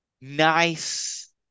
nice